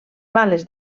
bales